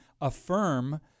affirm